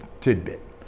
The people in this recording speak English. tidbit